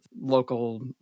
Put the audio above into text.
local